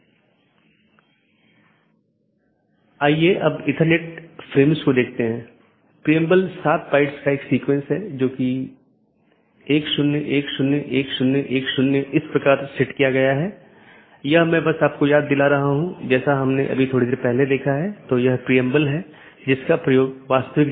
मुख्य रूप से दो BGP साथियों के बीच एक TCP सत्र स्थापित होने के बाद प्रत्येक राउटर पड़ोसी को एक open मेसेज भेजता है जोकि BGP कनेक्शन खोलता है और पुष्टि करता है जैसा कि हमने पहले उल्लेख किया था कि यह कनेक्शन स्थापित करता है